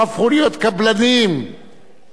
ואז הם דאגו לעתידם.